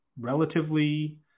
relatively